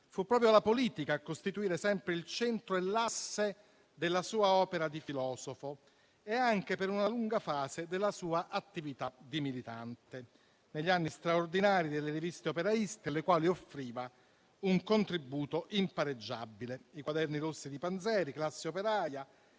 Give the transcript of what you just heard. Fu proprio la politica a costituire sempre il centro e l'asse della sua opera di filosofo e anche per una lunga fase della sua attività di militante negli anni straordinari delle riviste operaiste alle quali offriva un contributo impareggiabile: i «Quaderni rossi» di Panzieri, «Classe operaia»